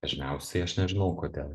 dažniausiai aš nežinau kodėl